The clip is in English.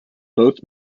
both